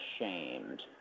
ashamed